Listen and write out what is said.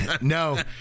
No